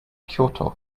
kyoto